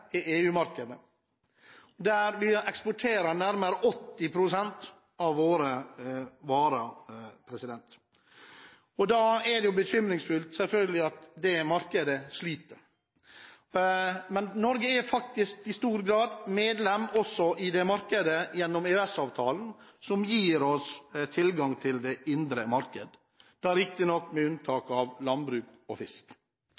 er EU-markedet, der vi eksporterer nærmere 80 pst. av våre varer. Det er selvfølgelig bekymringsfullt at det markedet sliter. Men Norge er i stor grad medlem også i det markedet, gjennom EØS-avtalen, som gir oss tilgang til det indre marked, riktignok med